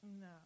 no